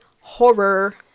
horror